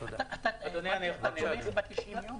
אתה תומך ב-90 יום?